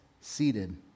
seated